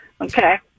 Okay